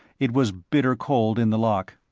it was bitter cold in the lock.